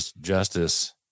justice